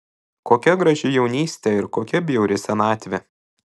kokia graži jaunystė ir kokia bjauri senatvė